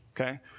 okay